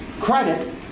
credit